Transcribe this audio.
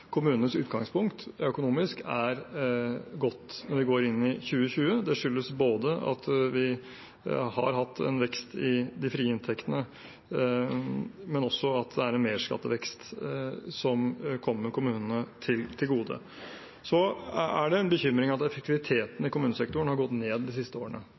kommunenes økonomiske utgangspunkt er godt når vi går inn i 2020. Det skyldes både at vi har hatt en vekst i de frie inntektene, og at det er en merskattevekst som kommer kommunene til gode. Så er det en bekymring at effektiviteten i kommunesektoren har gått ned de siste årene.